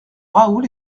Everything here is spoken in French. raoul